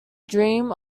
dream